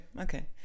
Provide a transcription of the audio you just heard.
okay